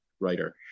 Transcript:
writer